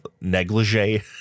negligee